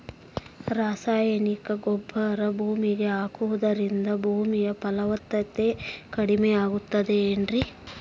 ರಾಸಾಯನಿಕ ಗೊಬ್ಬರ ಭೂಮಿಗೆ ಹಾಕುವುದರಿಂದ ಭೂಮಿಯ ಫಲವತ್ತತೆ ಕಡಿಮೆಯಾಗುತ್ತದೆ ಏನ್ರಿ?